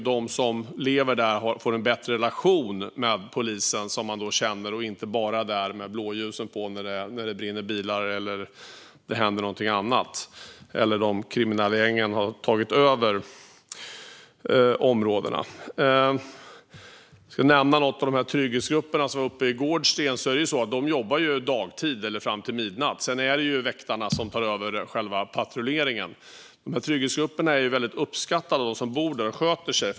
De som lever i området får en bättre relation till poliserna, som de då känner, om de inte bara är där med blåljusen på när bilar brinner eller något annat händer eller när de kriminella gängen har tagit över området. Jag ska nämna något om trygghetsgrupperna i Gårdsten. De jobbar dagtid eller fram till midnatt. Sedan är det väktarna som tar över själva patrulleringen. Trygghetsgrupperna är väldigt uppskattade av dem som bor där och sköter sig.